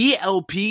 ELP